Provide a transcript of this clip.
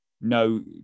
no